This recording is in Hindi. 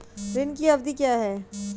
ऋण की अवधि क्या है?